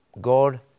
God